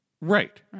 Right